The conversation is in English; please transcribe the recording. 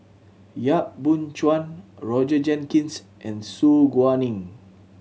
Yap Boon Chuan Roger Jenkins and Su Guaning